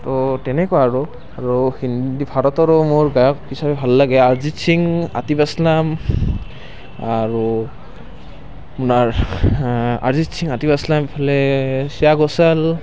তো তেনেকুৱা আৰু আৰু ভাৰতৰো মোৰ গায়ক হিচাপে ভাল লাগে অৰিজিত সিং আটিফ আছলাম আৰু আপোনাৰ অৰিজিত সিং আটিফ আছলাম এইফালে শ্ৰেয়া ঘোষাল